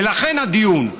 ולכן הדיון.